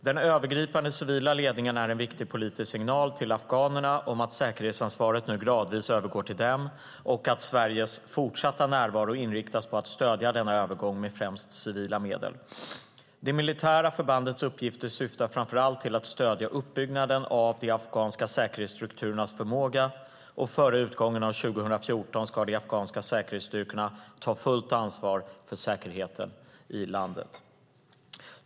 Den övergripande civila ledningen är en viktig politisk signal till afghanerna om att säkerhetsansvaret nu gradvis övergår till dem och att Sveriges fortsatta närvaro inriktas på att stödja denna övergång med främst civila medel. Det militära förbandets uppgifter syftar framför allt till att stödja uppbyggnaden av de afghanska säkerhetsstrukturernas förmåga, och före utgången av 2014 ska de afghanska säkerhetsstyrkorna ta fullt ansvar för säkerheten i landet.